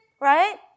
right